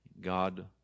God